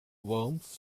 worms